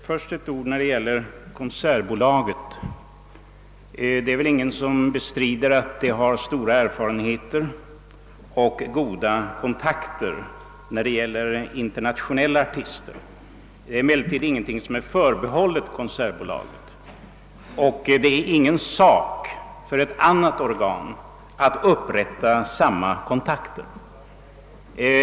Herr talman! Först några ord om Konsertbolaget. Det är väl ingen som bestrider att detta företag har stora erfarenheter och goda kontakter när det gäller internationella artister. Det är emellertid inget som är förbehållet Konsertbolaget, och det är inte någon svårighet för ett annat organ att upprätta samma kontakter.